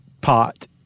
pot